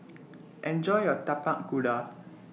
Enjoy your Tapak Kuda